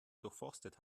durchforstet